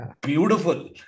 beautiful